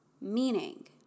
meaning